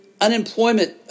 unemployment